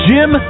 Jim